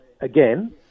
again